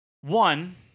one